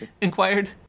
inquired